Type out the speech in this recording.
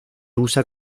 usa